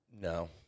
No